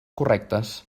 correctes